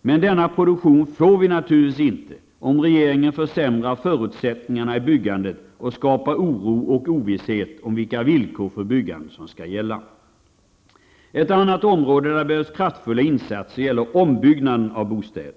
Men denna produktion får vi naturligtvis inte om regeringen försämrar förutsättningarna för byggandet och skapar oro och ovisshet om vilka villkor för byggandet som skall gälla. Ett annat område där det behövs kraftfulla insatser är ombyggnaden av bostäder.